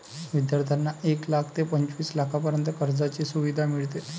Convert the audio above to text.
विद्यार्थ्यांना एक लाख ते पंचवीस लाखांपर्यंत कर्जाची सुविधा मिळते